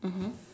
mmhmm